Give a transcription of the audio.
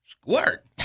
Squirt